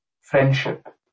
friendship